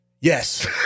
Yes